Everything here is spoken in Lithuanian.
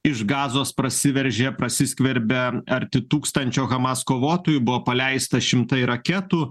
iš gazos prasiveržė prasiskverbė arti tūkstančio hamas kovotojų buvo paleista šimtai raketų